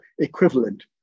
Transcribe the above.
equivalent